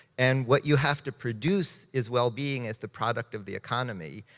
and what you have to produce is well-being is the product of the economy,